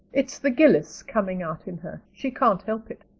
it's the gillis coming out in her. she can't help it.